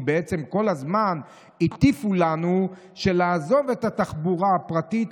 כי בעצם כל הזמן הטיפו לנו לעזוב את התחבורה הפרטית,